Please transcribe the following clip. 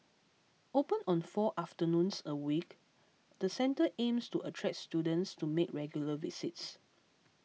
open on four afternoons a week the centre aims to attract students to make regular visits